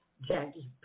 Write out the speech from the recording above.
Jackie